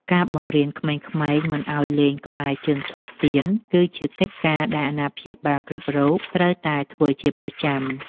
ការបង្រៀនក្មេងៗមិនឱ្យលេងក្បែរជើងធូបទៀន គឺជាកិច្ចការដែលអាណាព្យាបាលគ្រប់រូបត្រូវតែធ្វើជាប្រចាំ។